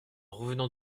revenant